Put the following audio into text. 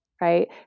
right